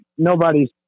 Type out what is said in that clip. Nobody's